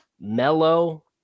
mellow